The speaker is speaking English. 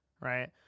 right